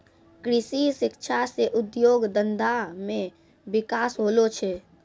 कृषि शिक्षा से उद्योग धंधा मे बिकास होलो छै